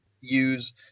use